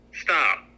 Stop